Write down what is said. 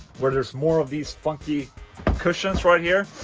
where there's more of these funky cushions right here